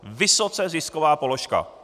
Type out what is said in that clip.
Vysoce zisková položka.